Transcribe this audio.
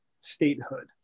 statehood